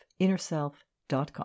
InnerSelf.com